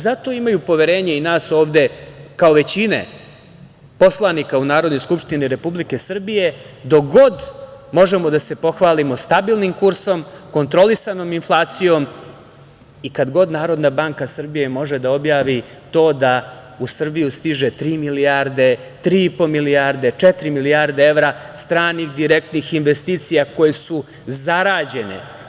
Zato imaju poverenje i nas ovde kao većine poslanika u Narodnoj skupštini Republike Srbije dok god možemo da se pohvalimo stabilnim kursom, kontrolisanom inflacijom i kada god NBS može da objavi to da u Srbiju stiže tri, tri i po, četiri milijarde evra stranih direktnih investicija koje su zarađene.